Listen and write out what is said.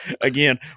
Again